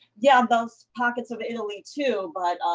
yeah those pockets of italy too but,